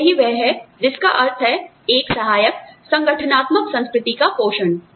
तो यही वह है जिसका अर्थ है एक सहायक संगठनात्मक संस्कृति का पोषण